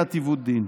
ומניעת עיוות דין.